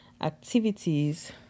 activities